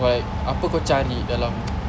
what apa kau cari dalam